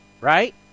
Right